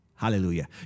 Hallelujah